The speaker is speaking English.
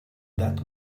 that